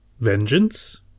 vengeance